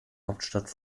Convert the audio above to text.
hauptstadt